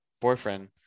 boyfriend